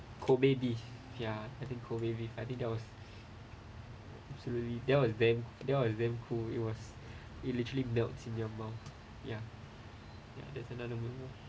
kobe beef ya I think kobe beef I think that was absolutely that was damn that was damn cool it was it literally melts in your mouth ya ya there's another you know